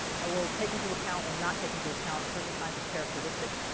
ah will take into account or not take into account certain kinds of characteristics.